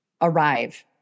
arrive